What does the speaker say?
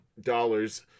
dollars